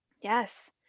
Yes